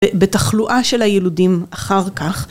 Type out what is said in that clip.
בתחלואה של הילודים אחר כך.